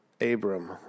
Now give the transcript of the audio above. Abram